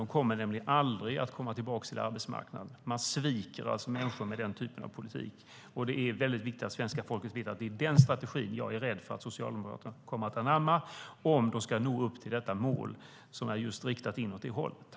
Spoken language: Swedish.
De kommer nämligen aldrig att komma tillbaka till arbetsmarknaden. Man sviker människor med den typen av politik. Det är viktigt att svenska folket vet att det är den strategin jag vet att Socialdemokraterna kommer att anamma om de ska nå upp till detta mål, som är riktat just åt det hållet.